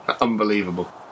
Unbelievable